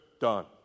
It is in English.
done